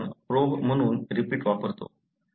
आता आपण प्रोब म्हणून रिपीट वापरतो